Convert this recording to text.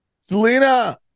selena